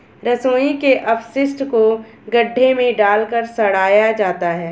रसोई के अपशिष्ट को गड्ढे में डालकर सड़ाया जाता है